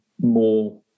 more